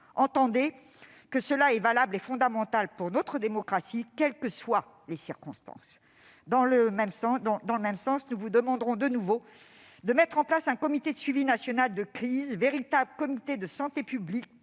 Ces préoccupations sont fondamentales pour notre démocratie, quelles que soient les circonstances. Dans le même sens, nous vous demanderons de nouveau de mettre en place un comité de suivi national de la crise, véritable comité de santé publique